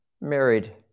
married